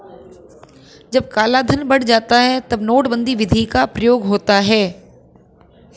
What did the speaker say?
जब कालाधन बढ़ जाता है तब नोटबंदी विधि का प्रयोग होता है